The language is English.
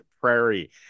Prairie